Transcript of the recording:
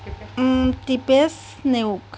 Kripesh Neog